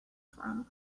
from